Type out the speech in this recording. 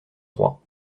trois